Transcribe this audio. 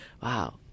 Wow